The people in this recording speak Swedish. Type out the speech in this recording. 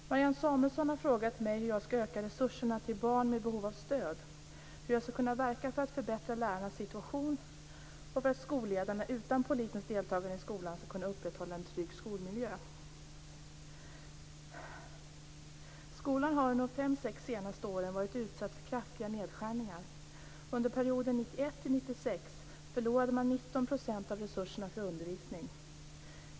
Fru talman! Marianne Samuelsson har frågat mig hur jag skall öka resurserna till barn med behov av stöd, hur jag skall kunna verka för att förbättra lärarnas situation och för att skolledarna utan polisens deltagande i skolan skall kunna upprätthålla en trygg skolmiljö. Skolan har under de fem-sex senaste åren varit utsatt för kraftiga nedskärningar. Under perioden 1991 till 1996 förlorade man 19 % av resurserna för undervisning.